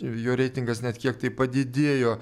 jo reitingas net kiek tai padidėjo